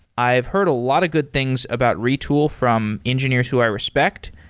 i've heard a lot of good things about retool from engineers who i respect.